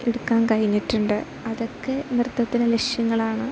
എടുക്കാൻ കഴിഞ്ഞിട്ടുണ്ട് അതൊക്കെ നൃത്തത്തിന് ലക്ഷ്യങ്ങളാണ്